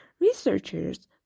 Researchers